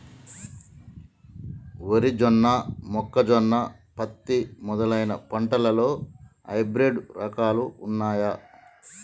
వరి జొన్న మొక్కజొన్న పత్తి మొదలైన పంటలలో హైబ్రిడ్ రకాలు ఉన్నయా?